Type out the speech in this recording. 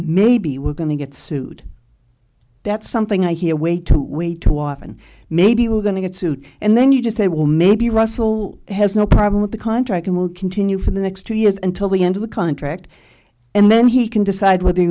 maybe we're going to get sued that something i hear way too way too often maybe we're going to get sued and then you just say well maybe russell has no problem with the contract and will continue for the next two years until the end of the contract and then he can decide whether